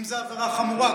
אם זו עבירה חמורה,